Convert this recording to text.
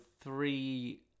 three